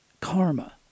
karma